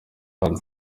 hano